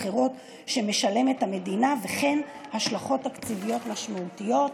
אחרות שמשלמת המדינה וכן השלכות תקציביות משמעותיות.